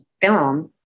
film